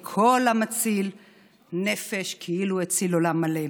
כי כל המציל נפש אחת כאילו הציל עולם מלא.